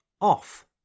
off